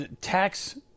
tax